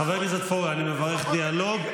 חבר הכנסת פורר, אני מברך דיאלוג.